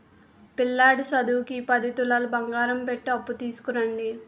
పిల్లాడి సదువుకి ఈ పది తులాలు బంగారం పెట్టి అప్పు తీసుకురండి